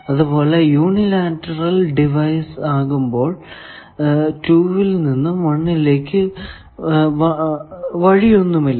അതുപോലെ unilateral device ആകുമ്പോൾ 2 ൽ നിന്നും 1 ലേക്ക് വഴി ഒന്നും ഇല്ല